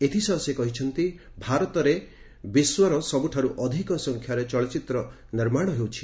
ଏଥିସହ ସେ କହିଛନ୍ତି ଭାରତରେ ବିଶ୍ୱର ସବୁଠାରୁ ଅଧିକ ସଂଖ୍ୟାରେ ଚଳଚ୍ଚିତ୍ର ନିର୍ମାଣ ହେଉଛି